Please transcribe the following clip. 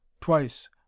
twice